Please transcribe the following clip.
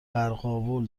قرقاول